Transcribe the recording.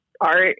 art